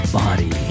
body